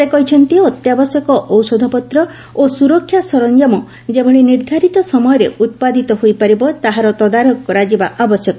ସେ କହିଛନ୍ତି ଅତ୍ୟାବଶ୍ୟକ ଔଷଧପତ୍ର ଓ ସୁରକ୍ଷା ସରଞ୍ଜାମ ଯେଭଳି ନିର୍ଦ୍ଧାରିତ ସମୟରେ ଉତ୍ପାଦିତ ହୋଇପାରିବ ତାହାର ତଦାରଖ କରାଯିବା ଆବଶ୍ୟକ